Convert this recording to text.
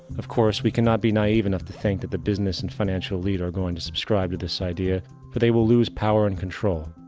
of course, we can not be naive enough to think that the business and financial elite are going to subscribe to this idea for they will lose power and control.